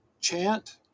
chant